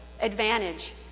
advantage